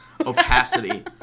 Opacity